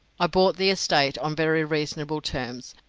i bought the estate on very reasonable terms,